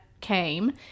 came